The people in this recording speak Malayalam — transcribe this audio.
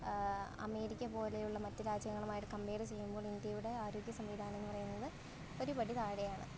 അമേരിക്ക പോലെയുള്ള മറ്റു രാജ്യങ്ങളുമായിട്ട് കംമ്പെയർ ചെയ്യുമ്പോൾ ഇന്ത്യയുടെ ആരോഗ്യ സംവിധാനം എന്ന് പറയുന്നത് ഒരുപടി താഴെയാണ്